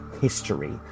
history